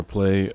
play